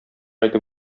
әйтеп